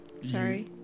Sorry